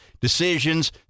decisions